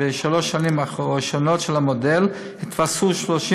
בשלוש השנים הראשונות של המודל התווספו 30